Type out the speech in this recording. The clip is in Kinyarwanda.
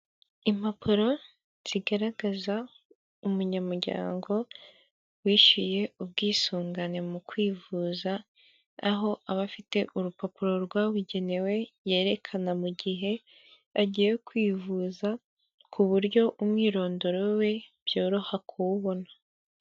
Impapuro zigaragaza umunyamuryango wishyuye ubwisungane mu kwivuza, aho aba afite urupapuro rwabugenewe yerekana mu gihe agiye kwivuza ku buryo umwirondoro we byoroha kuwubona.